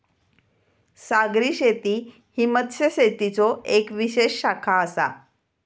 सागरी शेती ही मत्स्यशेतीचो येक विशेष शाखा आसा